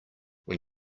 when